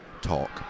Talk